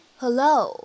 hello